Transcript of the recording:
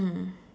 mm